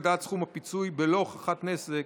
הגדלת סכום הפיצוי בלא הוכחת נזק),